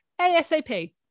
ASAP